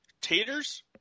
Taters